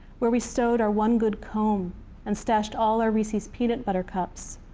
where we stewed our one good comb and stashed all our reese's peanut butter cups,